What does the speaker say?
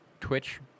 Twitch